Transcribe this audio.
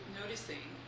noticing